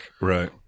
Right